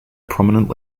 prominent